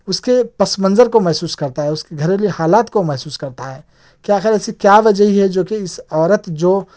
اُس کے پسِ منظر کو وہ محسوس کرتا ہے اُس کے گھریلو حالات کو محسوس کرتا ہے کہ آخر ایسی کیا وجہ رہی ہے کہ اِس عورت جو